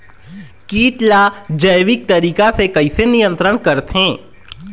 कीट ला जैविक तरीका से कैसे नियंत्रण करथे?